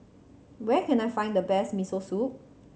where can I find the best Miso Soup